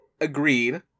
agreed